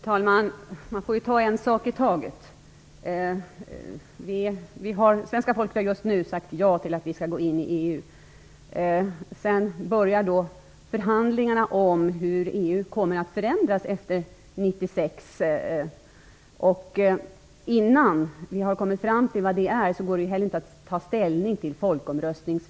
Fru talman! Man får lov att ta en sak i taget. Svenska folket har nyligen sagt ja till att gå med i EU. Senare börjar förhandlingarna om hur EU skall komma att förändras efter år 1996. Men innan vi kommit fram till vad det innebär går det inte heller att ta ställning till frågan om folkomröstning.